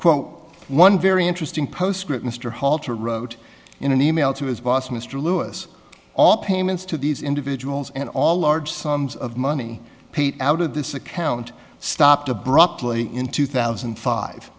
quote one very interesting postscript mr halter wrote in an e mail to his boss mr lewis all payments to these individuals and all large sums of money paid out of this account stopped abruptly in two thousand